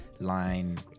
line